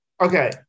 Okay